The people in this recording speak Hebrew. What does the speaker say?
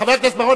חבר הכנסת בר-און,